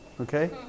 okay